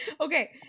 Okay